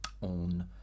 on